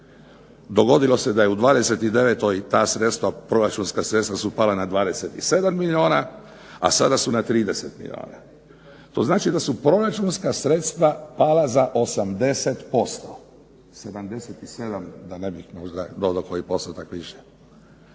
Dogodilo se da je u 29.-toj ta sredstva, proračunska sredstva su pala na 27 milijuna, a sada su na 30 milijuna. To znači da su proračunska sredstva pala za 80%, 77 da ne bih možda dodao koji postotak više.